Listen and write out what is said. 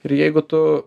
ir jeigu tu